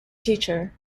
teacher